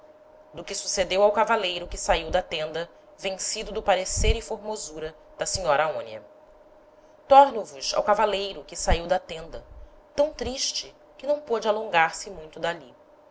do que sucedeu ao cavaleiro que saiu da tenda vencido do parecer e formosura da senhora aonia torno vos ao cavaleiro que saiu da tenda tam triste que não pôde alongar se muito d'ali